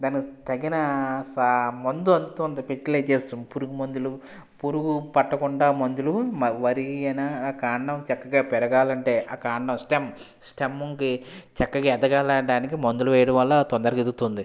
దానికి తగిన మందు అందుతుంది ఫర్టిలైజర్స్ పురుగు మందులు పురుగు పట్టకుండా మందులు వరి అయినా కాండం చక్కగా పెరగాలంటే ఆ కాండం స్టెమ్ ఆ స్టెమ్కి చక్కగా ఎదగలడానికి మందులు వేయడం వలన తొందరగా ఎదుగుతుంది